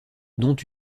dont